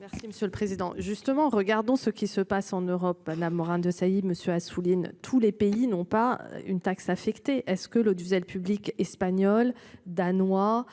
Merci Monsieur le Président, justement, regardons ce qui se passe en Europe, 1 à Morin-, Desailly monsieur Assouline. Tous les pays n'ont pas une taxe affectée est-ce que l'audiovisuel public espagnol danois.